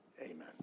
Amen